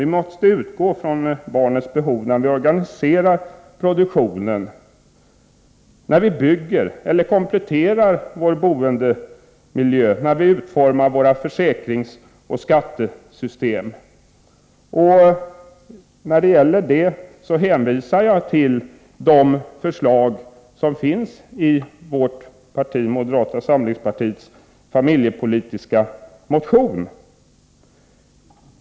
Vi måste utgå från barnens behov när vi organiserar produktionen, när vi bygger eller kompletterar vår boendemiljö, när vi utformar våra försäkringsoch skattesystem. När det gäller dessa områden hänvisar jag till de förslag som finns i vårt partis — moderata samlingspartiet — familjepolitiska motion.